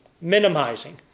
minimizing